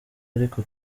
ariko